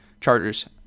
Chargers